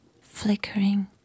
flickering